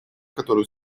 которую